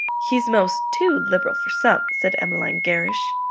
he's most too liberal for some, said emmeline gerrish.